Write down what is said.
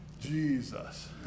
Jesus